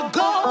go